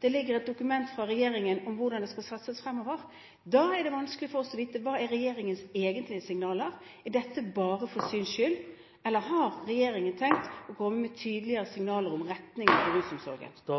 det ligger et dokument fra regjeringen om hvordan det skal satses fremover. Da er det vanskelig for oss å vite hva som er regjeringens egentlige signaler. Er dette bare for syns skyld, eller har regjeringen tenkt å komme med tydeligere signaler om retningen for